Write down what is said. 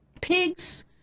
pigs